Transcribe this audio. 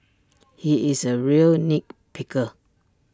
he is A real nit picker